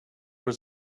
was